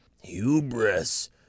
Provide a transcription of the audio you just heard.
Hubris